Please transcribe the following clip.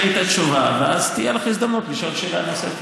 תשמעי את התשובה ואז תהיה לך הזדמנות לשאול שאלה נוספת.